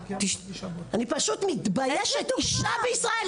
אני פשוט מתביישת אישה בישראל,